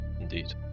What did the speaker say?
Indeed